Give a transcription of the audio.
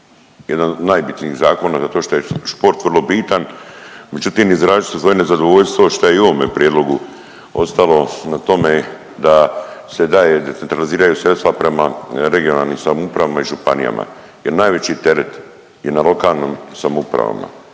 jedan od najbitnijih zakona zato što je šport vrlo bitan, međutim izrazit ću svoje nezadovoljstvo što je i u ovome prijedlogu ostalo na tome da se daje, centraliziraju sredstva prema regionalnim samoupravama i županijama. Jer najveći teret je na lokalnim samoupravama,